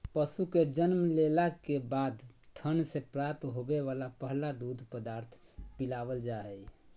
पशु के जन्म लेला के बाद थन से प्राप्त होवे वला पहला दूध पदार्थ पिलावल जा हई